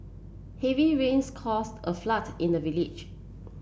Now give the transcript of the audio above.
heavy rains cause a flood in the village